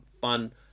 fun